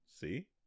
See